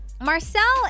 Marcel